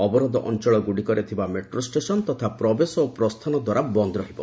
ଅବରୋଧ ଅଞ୍ଚଳଗୁଡିକରେ ଥିବା ମେଟ୍ରୋ ଷ୍ଟେସନ ତଥା ପ୍ରବେଶ ଓ ପ୍ରସ୍ଥାନ ଦ୍ୱାର ବନ୍ଦ ରହିବ